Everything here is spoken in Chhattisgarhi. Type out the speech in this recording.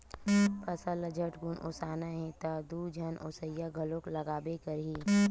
फसल ल झटकुन ओसाना हे त दू झन ओसइया घलोक लागबे करही